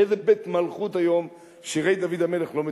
באיזה בית מלכות היום שירי דוד המלך לא מתורגמים?